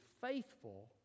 faithful